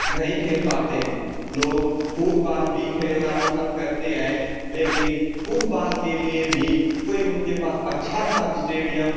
नहीं खेल पाते हैं लोग फुटबाल भी खेलना पसंद करते हैं लेकिन फुटबाल के लिए भी कोई उनके पास अच्छा सा इस्टेडियम